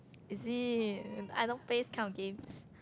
is it I don't play this kind of games